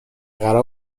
قرار